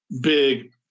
big